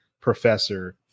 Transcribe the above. Professor